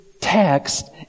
text